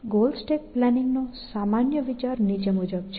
goal stack પ્લાનિંગનો સામાન્ય વિચાર નીચે મુજબ છે